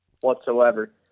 whatsoever